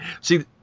See